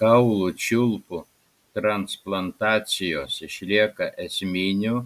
kaulų čiulpų transplantacijos išlieka esminiu